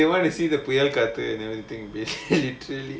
they want to see the காத்து:kaathu and everything they literally